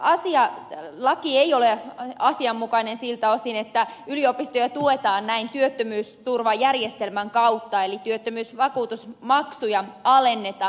tämä laki ei ole asianmukainen siltä osin että yliopistoja tuetaan näin työttömyysturvajärjestelmän kautta eli työttömyysvakuutusmaksuja alennetaan